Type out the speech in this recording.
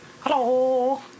Hello